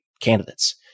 candidates